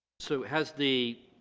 so has the